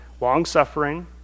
Long-suffering